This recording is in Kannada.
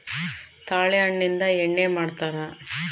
ತಾಳೆ ಹಣ್ಣಿಂದ ಎಣ್ಣೆ ಮಾಡ್ತರಾ